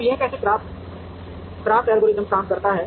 अब यह कैसे CRAFT एल्गोरिथ्म काम करता है